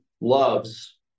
loves